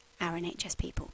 OurNHSPeople